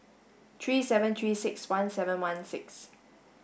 three seven three six one seven one six